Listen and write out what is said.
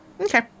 okay